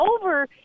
over